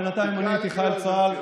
בינתיים אני הייתי חייל צה"ל,